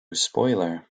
spoiler